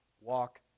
walk